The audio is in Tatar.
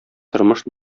тормыш